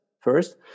first